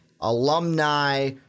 alumni